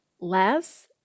less